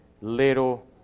little